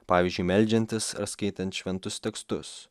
pavyzdžiui meldžiantis ar skaitant šventus tekstus